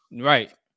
Right